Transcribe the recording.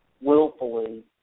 willfully